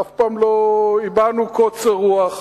אף פעם לא הבענו קוצר רוח,